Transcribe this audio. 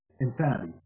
insanity